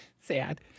Sad